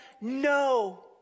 no